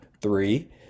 three